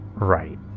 right